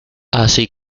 así